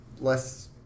less